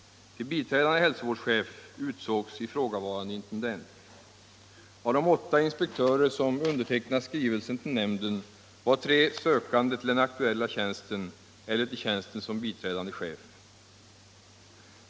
Till biträdande hälsovårdschef utsågs ifrågavarande intendent. Av de åtta inspektörer som undertecknat skrivelsen till nämnden var tre sökande till den aktuella tjänsten eller till tjänsten som biträdande chef.